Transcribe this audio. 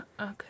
Okay